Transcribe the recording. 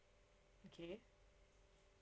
okay